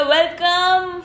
Welcome